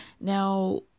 Now